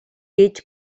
гэж